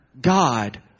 God